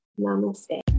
Namaste